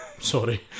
Sorry